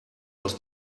aus